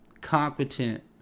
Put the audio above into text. competent